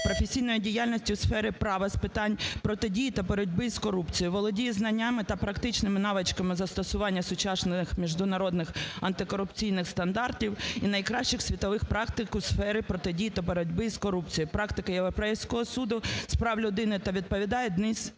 професійної діяльності у сфері права з питань протидії та боротьби з корупцією, володіє знаннями та практичними навичками застосування сучасних міжнародних антикорупційних стандартів і найкращих світових практик у сфері протидії та боротьби із корупцією, практики Європейського суду з прав людини та відповідає одній